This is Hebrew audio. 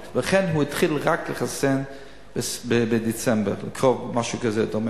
ולכן היא התחילה לחסן רק בדצמבר או משהו דומה.